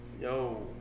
yo